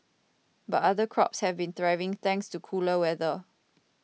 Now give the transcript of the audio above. but other crops have been thriving thanks to cooler weather